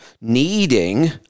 needing